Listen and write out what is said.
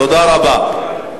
תודה רבה.